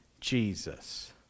Jesus